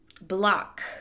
block